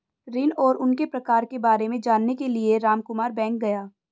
ऋण और उनके प्रकार के बारे में जानने के लिए रामकुमार बैंक गया